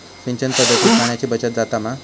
सिंचन पध्दतीत पाणयाची बचत जाता मा?